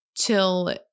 till